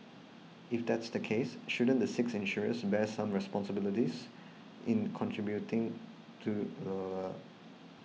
if that's the case shouldn't the six insurers bear some responsibility in contributing to the